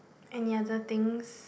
any other things